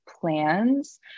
plans